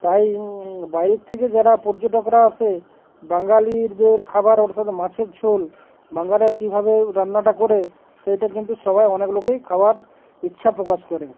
তাই বাইরের থেকে যারা পর্যটকরা আসে বাঙালিদের খাবার অর্থাৎ মাছের ঝোল বাঙালা কীভাবে রান্নাটা করে সেইটা কিন্তু সবাই অনেক লোকেই খাওয়ার ইচ্ছা প্রকাশ করে